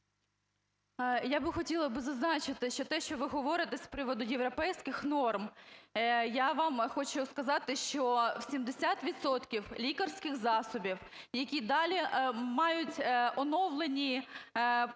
Я би хотіла би зазначити, що те, що ви говорите з приводу європейських норм, я вам хочу сказати, що 70 відсотків лікарських засобів, які далі мають оновлені процеси